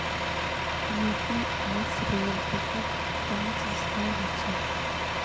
UPI स rail ticket भुक्तान सस्ता ह छेक